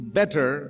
better